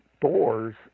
doors